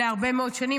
להרבה מאוד שנים.